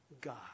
God